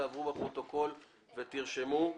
תעברו על הפרוטוקול ותרשמו.